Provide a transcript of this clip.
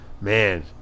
man